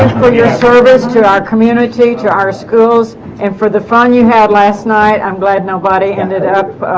for your service to our community to our schools and for the fun you had last night i'm glad nobody ended up